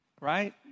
right